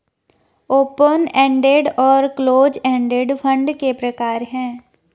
open ended और close ended fund के प्रकार हैं